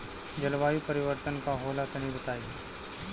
जलवायु परिवर्तन का होला तनी बताई?